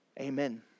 Amen